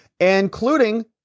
including